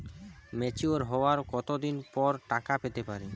Mature হওয়ার কত দিন পর টাকা পেতে পারি?